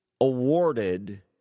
awarded